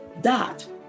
dot